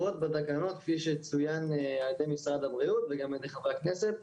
כפי שצוין על ידי משרד הבריאות וגם על ידי חברי הכנסת,